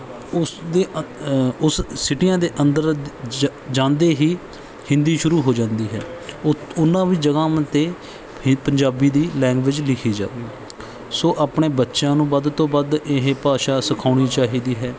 ਉਸ ਦੇ ਅੰਦ ਉਸ ਸਿਟੀਆਂ ਦੇ ਅੰਦਰ ਜਾ ਜਾਂਦੇ ਹੀ ਹਿੰਦੀ ਸ਼ੁਰੂ ਹੋ ਜਾਂਦੀ ਹੈ ਉੱਥੇ ਉਹਨਾਂ ਵੀ ਜਗ੍ਹਾਵਾਂ 'ਤੇ ਫੇਰ ਪੰਜਾਬੀ ਦੀ ਲੈਂਗੁਏਜ ਲਿਖੀ ਜਾਵੇ ਸੋ ਆਪਣੇ ਬੱਚਿਆਂ ਨੂੰ ਵੱਧ ਤੋਂ ਵੱਧ ਇਹ ਭਾਸ਼ਾ ਸਿਖਾਉਣੀ ਚਾਹੀਦੀ ਹੈ